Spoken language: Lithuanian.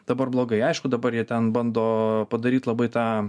dabar blogai aišku dabar jie ten bando padaryt labai tą